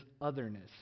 otherness